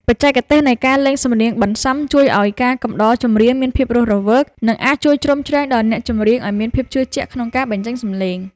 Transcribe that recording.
បច្ចេកទេសនៃការលេងសំនៀងបន្សំជួយឱ្យការកំដរចម្រៀងមានភាពរស់រវើក និងអាចជួយជ្រោមជ្រែងដល់អ្នកចម្រៀងឱ្យមានភាពជឿជាក់ក្នុងការបញ្ចេញសម្លេង។